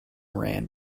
ran